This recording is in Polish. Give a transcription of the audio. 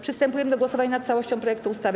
Przystępujemy do głosowania nad całością projektu ustawy.